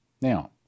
Now